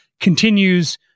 Continues